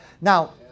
Now